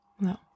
No